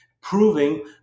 proving